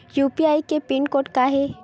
UPI के pin code का हे?